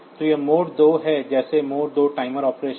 तो यह मोड 2 है जैसे मोड 2 टाइमर ऑपरेशन